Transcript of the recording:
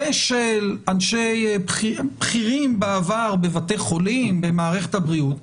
ושל בכירים בעבר בבתי החולים ובמערכת הבריאות,